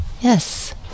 Yes